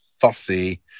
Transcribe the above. fussy